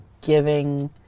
giving